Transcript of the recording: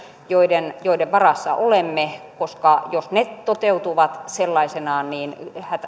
joiden joiden varassa olemme koska jos ne toteutuvat sellaisenaan niin